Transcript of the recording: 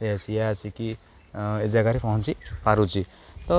ସେ ସିଏ ଆସିକି ଏ ଜାଗାରେ ପହଞ୍ଚି ପାରୁଛି ତ